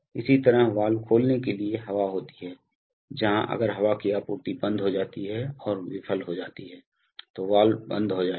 इसी तरह वाल्व खोलने के लिए हवा होती है जहां अगर हवा की आपूर्ति बंद हो जाती है और विफल हो जाती है तो वाल्व बंद हो जाएगा